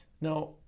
Now